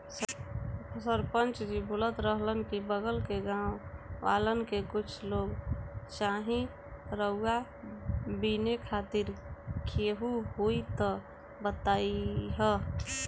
सरपंच जी बोलत रहलन की बगल के गाँव वालन के कुछ लोग चाही रुआ बिने खातिर केहू होइ त बतईह